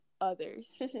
others